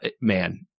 man